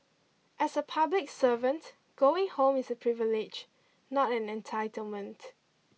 as a public servant going home is a privilege not an entitlement